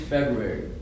February